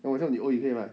那我叫你 !oi! 可以吗